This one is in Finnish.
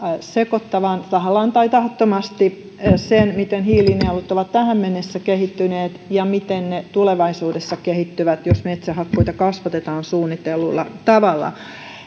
sekoittavan tahallaan tai tahattomasti sen miten hiilinielut ovat tähän mennessä kehittyneet ja miten ne tulevaisuudessa kehittyvät jos metsähakkuita kasvatetaan suunnitellulla tavalla